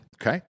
Okay